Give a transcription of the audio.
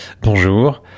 Bonjour